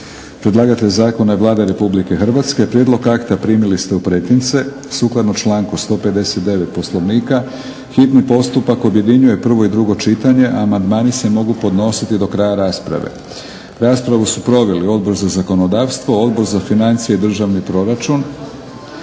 Predlagatelj zakona je Vlada Republike Hrvatske. Prijedlog akta primili ste u pretince, sukladno članku 159. Poslovnika hitni postupak objedinjuje prvo i drugo čitanje, a amandmani se mogu podnositi do kraja rasprave. Raspravu su proveli Odbor za zakonodavstvo, Odbor za financije i državni proračun.